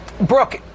brooke